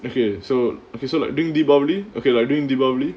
okay so okay so like during deepavali okay like during deepavali